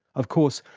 of course,